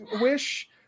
wish